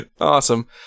Awesome